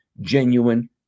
genuine